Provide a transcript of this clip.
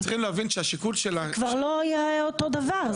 זה כבר לא יהיה אותו דבר.